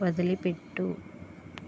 వదిలిపెట్టు